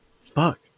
fuck